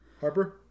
harper